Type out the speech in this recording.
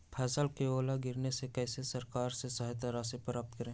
फसल का ओला गिरने से कैसे सरकार से सहायता राशि प्राप्त करें?